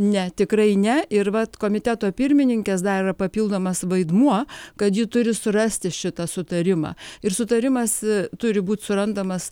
ne tikrai ne ir vat komiteto pirmininkės dar yra papildomas vaidmuo kad ji turi surasti šitą sutarimą ir sutarimas turi būt surandamas